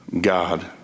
God